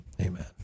amen